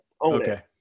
Okay